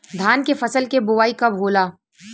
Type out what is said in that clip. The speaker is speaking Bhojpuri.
धान के फ़सल के बोआई कब होला?